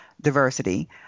diversity